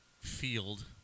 field